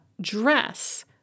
dress